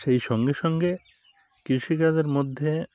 সেই সঙ্গে সঙ্গে কৃষিকাজের মধ্যে